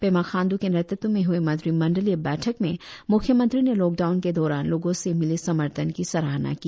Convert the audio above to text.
पेमा खांड् के नेतृत्व में हए मंत्रीमंडलीय बैठक में म्ख्यमंत्री ने लॉकडाउन के दौरान लोगों से मिले समर्थन की सराहना की